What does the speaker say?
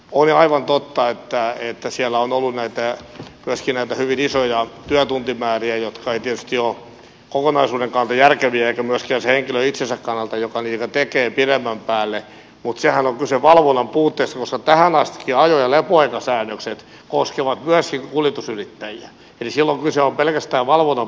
oli aivan totta että siellä on ollut myöskin näitä hyvin isoja työtuntimääriä jotka eivät tietysti ole kokonaisuuden kannalta järkeviä eivätkä myöskään sen henkilön itsensä kannalta joka niitä tekee pidemmän päälle mutta siinähän on kyse valvonnan puutteesta koska tähän astikin ajo ja lepoaikasäännökset ovat koskeneet myöskin kuljetusyrittäjiä eli silloin kyse on pelkästään valvonnan puutteesta